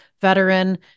veteran